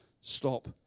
stop